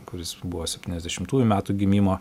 kuris buvo septyniasdešimtųjų metų gimimo